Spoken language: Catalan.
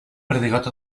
perdigot